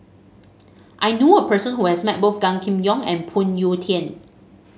I knew a person who has met both Gan Kim Yong and Phoon Yew Tien